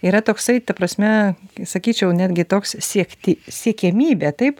yra toksai ta prasme sakyčiau netgi toks siekti siekiamybė taip